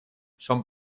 son